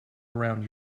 around